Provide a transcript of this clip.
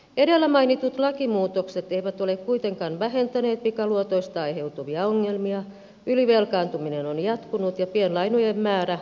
edellä mainitut lakimuutokset eivät ole kuitenkaan vähentäneet pikaluotoista aiheutuvia ongelmia ylivelkaantuminen on jatkunut ja pienlainojen määrä on kasvanut